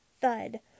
Thud